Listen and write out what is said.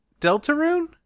Deltarune